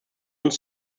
uns